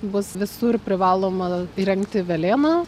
bus visur privaloma įrengti velėną